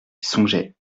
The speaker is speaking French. songeait